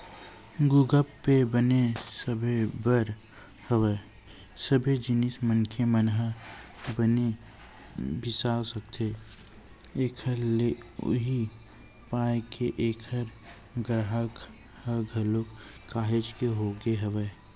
गुगप पे बने सबे बर हवय सबे जिनिस मनखे मन ह बने बिसा सकथे एखर ले उहीं पाय के ऐखर गराहक ह घलोक काहेच के होगे हवय